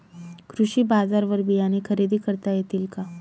कृषी बाजारवर बियाणे खरेदी करता येतील का?